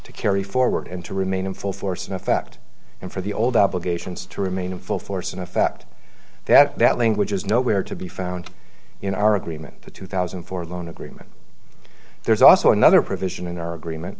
to carry forward and to remain in full force in effect and for the old obligations to remain in full force and effect that that language is nowhere to be found in our agreement to two thousand and four loan agreement there's also another provision in our agreement